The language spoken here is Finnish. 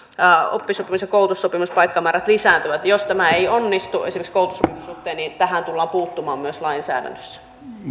oppisopimus ja koulutussopimuspaikkamäärät lisääntyvät jos tämä ei onnistu esimerkiksi koulutussopimuksen suhteen niin tähän tullaan puuttumaan myös lainsäädännössä